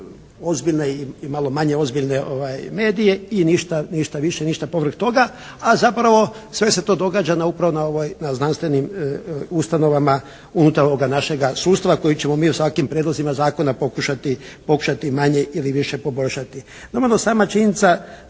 ozbiljne i malo manje ozbiljne medije i ništa više i ništa povrh toga, a zapravo sve se to događa upravo na znanstvenim ustanovama unutar ovoga našega sustava koji ćemo mi s ovakvim prijedlozima zakona pokušati manje ili više poboljšati.